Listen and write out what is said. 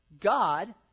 God